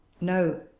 no